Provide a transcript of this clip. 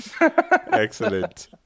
Excellent